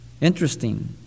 Interesting